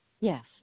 Yes